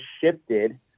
shifted